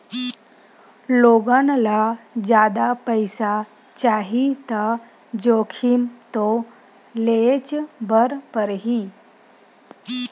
लोगन ल जादा पइसा चाही त जोखिम तो लेयेच बर परही